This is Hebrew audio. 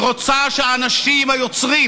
היא רוצה שהאנשים היוצרים,